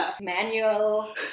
manual